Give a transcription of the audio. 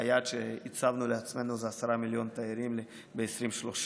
היעד שהצבנו לעצמנו זה עשרה מיליון תיירים ב-2030.